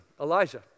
Elijah